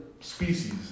species